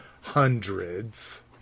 hundreds